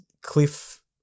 Cliff